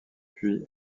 puis